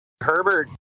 Herbert